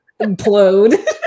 implode